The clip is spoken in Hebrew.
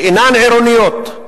שאינן עירוניות.